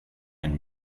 and